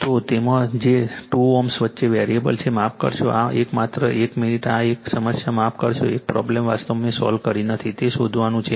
તો એમાં જે 2 Ω વચ્ચે વેરીએબલ છે માફ કરશો આ એક માત્ર એક મિનિટ આ એક સમસ્યા માફ કરશો આ પ્રોબ્લેમ વાસ્તવમાં મેં સોલ્વ કરી નથી તેને શોધવાનું છે